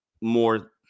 more